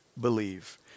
believe